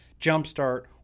Jumpstart